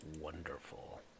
wonderful